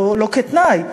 לא כתנאי,